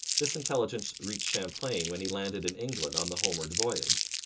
this intelligence reached champlain when he landed in england on the homeward voyage.